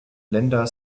länder